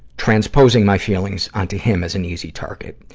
transposing my feelings onto him as an easy target.